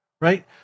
right